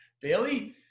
Bailey